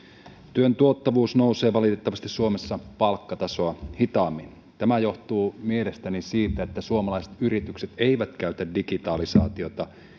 työn tuottavuus nousee valitettavasti suomessa palkkatasoa hitaammin tämä johtuu mielestäni siitä että suomalaiset yritykset eivät käytä digitalisaatiota